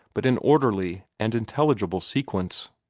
but in orderly and intelligible sequence.